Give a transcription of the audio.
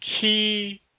key